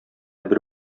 бер